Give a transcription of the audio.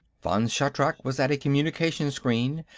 vann shatrak was at a communication-screen,